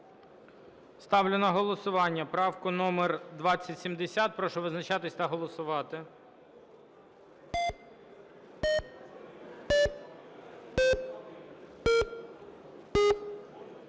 Ставлю на голосування правку 2097. Прошу визначатись та голосувати.